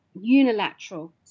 unilateral